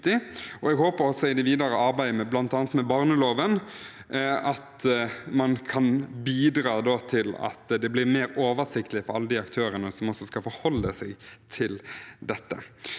Jeg håper at det i det videre arbeidet med bl.a. barneloven kan bidra til at det blir mer oversiktlig for alle aktørene som skal forholde seg til dette.